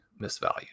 misvalued